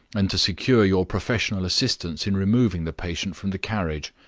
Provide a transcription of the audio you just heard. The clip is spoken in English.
and to secure your professional assistance in removing the patient from the carriage.